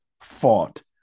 fought